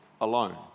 alone